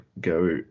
go